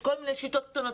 יש כל מיני שיטות קטנות.